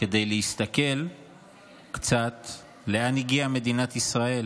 כדי להסתכל קצת לאן הגיעה מדינת ישראל